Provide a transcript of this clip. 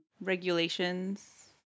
Regulations